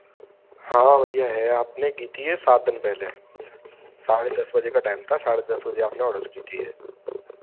हाँ भैया है आपने की थी यह सात दिन पहले साढ़े दस बजे का टाइम था साढ़े दस बजे आपने ऑर्डर की थी यह